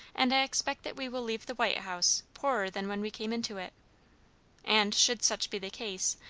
and i expect that we will leave the white house poorer than when we came into it and should such be the case,